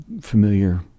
familiar